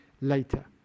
later